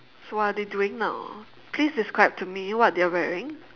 so what are they doing now please describe to me what they're wearing